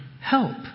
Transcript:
help